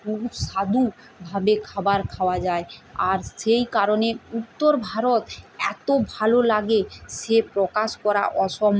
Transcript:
সুস্বাদুভাবে খাবার খাওয়া যায় আর সেই কারণে উত্তর ভারত এতো ভালো লাগে সে প্রকাশ করা অসম